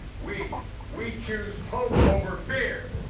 we we choose hope over fear.